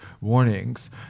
warnings